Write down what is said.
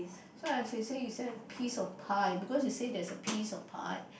so as you say you say piece of pie because you say there is a piece of pie